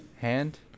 Hand